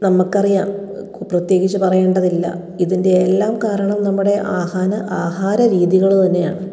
നമ്മൾക്കറിയാം പ്രത്യേകിച്ച് പറയേണ്ടതില്ല ഇതിൻ്റെ എല്ലാം കാരണം നമ്മുടെ ആഹാന ആഹാര രീതികൾ തന്നെയാണ്